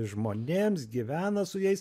žmonėms gyvena su jais